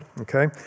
okay